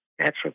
natural